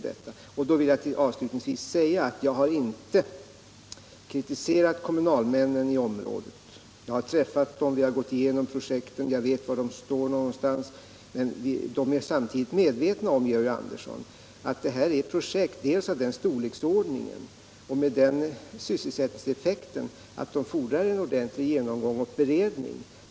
I detta sammanhang vill jag avslutningsvis säga att jag inte har kritiserat kommunalmännen i området. Jag har träffat dem, vi har gått igenom projekten och jag vet var de står. Men, Georg Andersson, dessa kommunalmän är samtidigt medvetna om att det här rör sig om projekt av den storleksordningen och med en sådan sysselsättningseffekt att de fordrar en ordentlig genomgång och beredning.